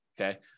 Okay